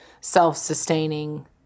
self-sustaining